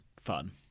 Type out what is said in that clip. fun